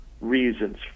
reasons